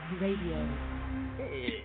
radio